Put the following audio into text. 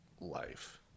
life